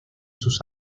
sus